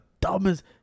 dumbest